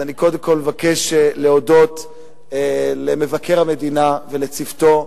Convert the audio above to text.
קודם כול, אני מבקש להודות למבקר המדינה ולצוותו,